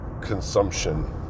consumption